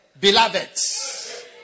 beloveds